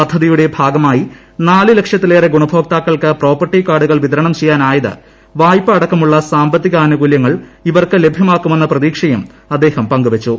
പദ്ധതിയുടെ ഭാഗമായ നാലു ലക്ഷത്തിലേറെ ഗുണഭോക്താക്കൾക്ക് പ്രോപ്പർട്ടി കാർഡുകൾ വിതരണം ചെയ്യാനായത് വായ്പ അടക്കമുളള സാമ്പത്തിക ആനുകൂലൃങ്ങൾ ഇവർക്ക് ലഭൃമാക്കുമെന്ന പ്രതീക്ഷയും അദ്ദേഹം പങ്കുവച്ചു